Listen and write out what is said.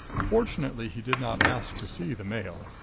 fortunately he did not ask to see the mail.